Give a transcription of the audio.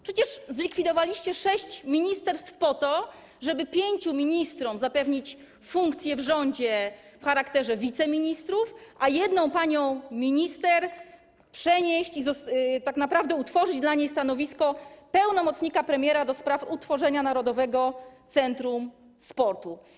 Przecież zlikwidowaliście sześć ministerstw po to, żeby pięciu ministrom zapewnić funkcje w rządzie w charakterze wiceministrów, a jedną panią minister przenieść, tak naprawdę utworzyć dla niej stanowisko pełnomocnika premiera do spraw utworzenia Narodowego Centrum Sportu.